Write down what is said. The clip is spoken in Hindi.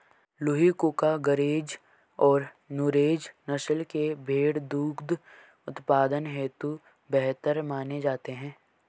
लूही, कूका, गरेज और नुरेज नस्ल के भेंड़ दुग्ध उत्पादन हेतु बेहतर माने जाते हैं